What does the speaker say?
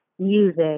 music